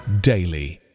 daily